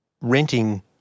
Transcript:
renting